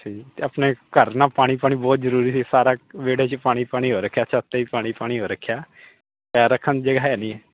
ਅੱਛਾ ਜੀ ਅਤੇ ਆਪਣੇ ਘਰ ਨਾ ਪਾਣੀ ਪਾਣੀ ਬਹੁਤ ਜ਼ਰੂਰੀ ਸੀ ਸਾਰਾ ਵਿਹੜੇ 'ਚ ਪਾਣੀ ਪਾਣੀ ਹੋ ਰੱਖਿਆ ਛੱਤ 'ਤੇ ਵੀ ਪਾਣੀ ਪਾਣੀ ਹੋ ਰੱਖਿਆ ਪੈਰ ਰੱਖਣ ਨੂੰ ਜਗ੍ਹਾ ਹੈ ਨਹੀਂ